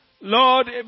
Lord